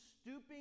stooping